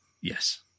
Yes